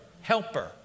helper